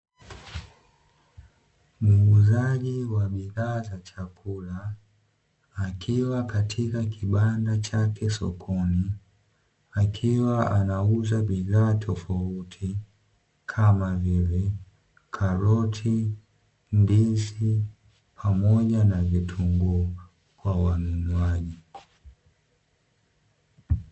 Muuzaji wa bidhaa za chakula akiwa katika kibanda chake sokoni, akiwa anauza tofauti kama vile karoti, ndizi pamoja na vitunguu kwa wanunuaji.